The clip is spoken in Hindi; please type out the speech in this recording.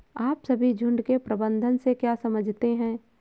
आप सभी झुंड के प्रबंधन से क्या समझते हैं?